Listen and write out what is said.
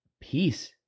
peace